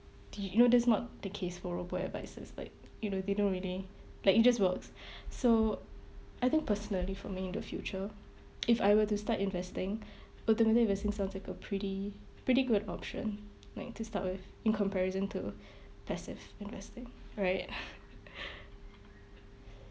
the you know that's not the case for robo advisers like you know they don't really like it just works so I think personally for me in the future if I were to start investing automated investing sounds like a pretty pretty good option like to start with in comparison to passive investing right